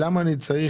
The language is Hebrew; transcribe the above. למה אני צריך